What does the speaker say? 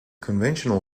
conventional